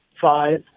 five